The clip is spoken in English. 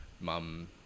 mum